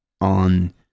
on